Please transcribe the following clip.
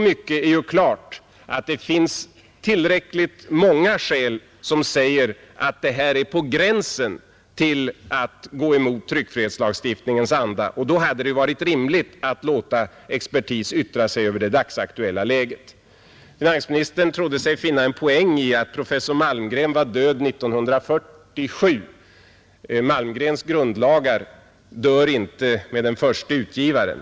Men tillräckligt många skäl säger att det här ligger på gränsen till att gå emot tryckfrihetslagstiftningens anda, och då hade det varit rimligt att låta expertis yttra sig över det dagsaktuella läget. Finansministern trodde sig finna en poäng i att professor Malmgren var död 1947. Malmgrens Sveriges grundlagar dör inte med den förste utgivaren.